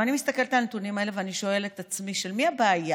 אני מסתכלת על הנתונים האלה ואני שואלת את עצמי: של מי הבעיה,